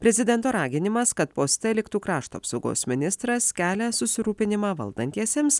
prezidento raginimas kad poste liktų krašto apsaugos ministras kelia susirūpinimą valdantiesiems